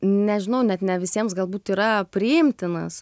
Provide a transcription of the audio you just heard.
nežinau net ne visiems galbūt yra priimtinas